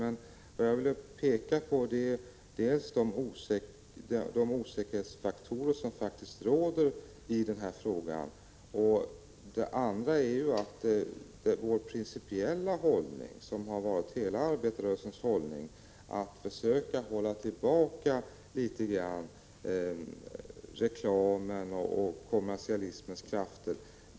Jag vill emellertid peka på dels de osäkerhetsfaktorer som finns i denna fråga, dels vår principiella hållning, som har varit hela arbetarrörelsens hållning, att man skall försöka hålla tillbaka litet av reklamens och kommersialismens krafter.